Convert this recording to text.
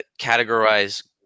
categorize